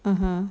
mmhmm